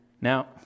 Now